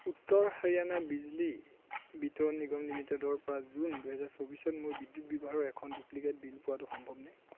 উত্তৰ হাৰিয়ানা বিজলী বিতৰণ নিগম লিমিটেডৰপৰা জুন দুহেজাৰ চৌবিছত মোৰ বিদ্যুৎ ব্যৱহাৰৰ এখন ডুপ্লিকেট বিল পোৱাটো সম্ভৱনে